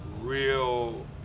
real